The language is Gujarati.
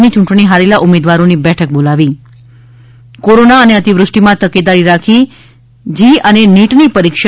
ની યૂંટણી હારેલા ઉમેદવારોની બેઠક બોલાવી કોરોના અને અતિવૃષ્ટિ માં તકેદારી રાખી જી અને નીટ ની પરીક્ષા